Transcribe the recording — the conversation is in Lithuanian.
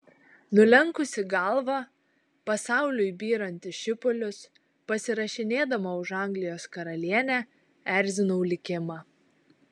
nulenkusi galvą pasauliui byrant į šipulius pasirašinėdama už anglijos karalienę erzinau likimą